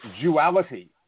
duality